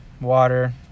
water